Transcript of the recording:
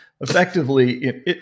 Effectively